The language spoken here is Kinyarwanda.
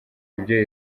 ibyo